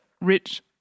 rich